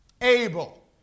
Abel